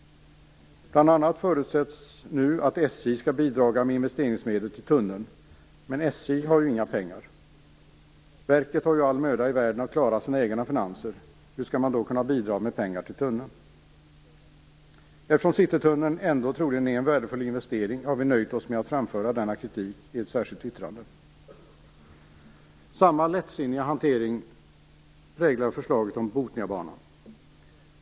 Bl.a. förutsätts nu att SJ skall bidra med investeringsmedel till tunneln. Men SJ har ju inga pengar. Verket har ju all möda i världen att klara sina egna finanser. Hur skall man då kunna bidra med pengar till tunneln? Eftersom Citytunneln troligen ändå är en värdefull investering har vi nöjt oss med att framföra denna kritik i ett särskilt yttrande. Samma lättsinniga hantering präglar förslaget om Botniabanan.